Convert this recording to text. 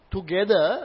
Together